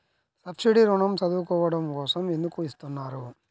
Subsidy ఋణం చదువుకోవడం కోసం ఎందుకు ఇస్తున్నారు?